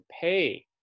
pay